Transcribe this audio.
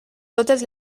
totes